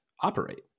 operate